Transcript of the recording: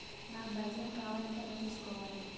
నాకు bike loan కావాలంటే ఎలా తీసుకోవాలి?